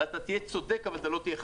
אתה תהיה צודק אבל לא תהיה חכם.